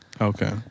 okay